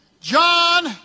John